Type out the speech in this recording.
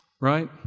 right